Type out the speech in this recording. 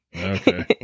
Okay